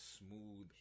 smooth